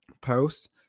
post